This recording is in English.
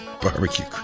Barbecue